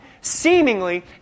seemingly